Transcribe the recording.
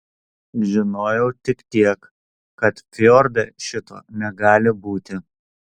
žinojau tik tiek kad fjorde šito negali būti